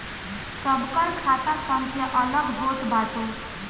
सबकर खाता संख्या अलग होत बाटे